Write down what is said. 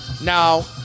Now